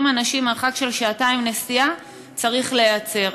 אנשים מרחק של שעתיים נסיעה צריכה להיעצר.